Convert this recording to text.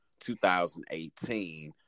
2018